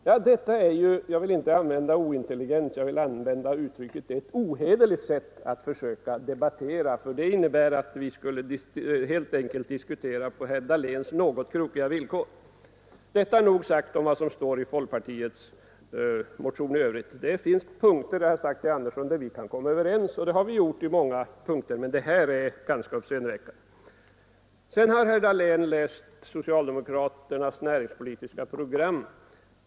Ja, detta är ju — jag vill inte använda ordet ointelligent — ett ohederligt sätt att söka debattera, ty det innebär att vi helt enkelt skulle diskutera på herr Dahléns något krokiga villkor. Detta må vara nog sagt om vad som står i folkpartiets motion i övrigt. Det finns frågor — det har jag sagt till herr Andersson i Örebro — där vi kan komma överens, och det har vi också gjort på många punkter, men det här är ganska uppseendeväckande. Sedan har herr Dahlén läst socialdemokraternas näringspolitiska program.